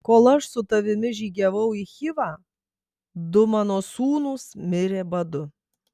kol aš su tavimi žygiavau į chivą du mano sūnūs mirė badu